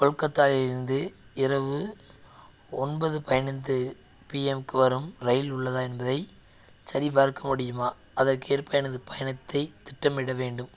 கொல்கத்தாவிலிருந்து இரவு ஒன்பது பதினைந்து பிஎம்க்கு வரும் ரயில் உள்ளதா என்பதைச் சரிபார்க்க முடியுமா அதற்கேற்ப எனது பயணத்தைத் திட்டமிட வேண்டும்